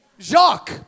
Jacques